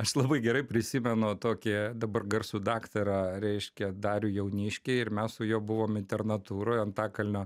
aš labai gerai prisimenu tokį dabar garsų daktarą reiškia darių jauniškį ir mes su juo buvom internatūroj antakalnio